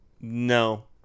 No